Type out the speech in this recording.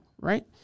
Right